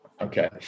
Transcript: Okay